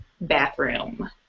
bathroom